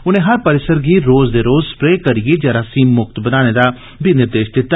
उनें हर परिसर गी रोज दे रोज स्प्रे करियै जरासीम मुक्त बनाने दा बी निर्देश दिता